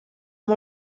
amb